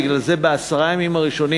בגלל זה בעשרת הימים הראשונים,